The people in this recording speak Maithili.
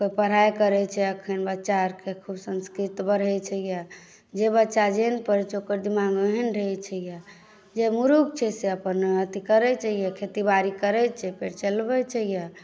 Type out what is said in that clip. कोइ पढ़ाइ करैत छै एखन बच्चा आओरकेँ खूब संस्कृत बढ़ैत छै यए जे बच्चा जेहन पढ़ैत छै ओकर दिमागमे ओहन रहैत छै यए जे मुरुख छै से अपन अथी करैत छै यए खेतीबारी करैत छै पेट चलबैत छै यए